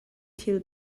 thil